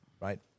right